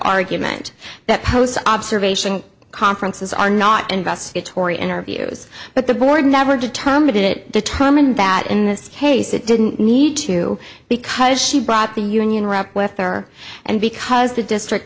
argument that poe's observation conferences are not investigatory interviews but the board never determined it determined that in this case it didn't need to because she brought the union rep with her and because the district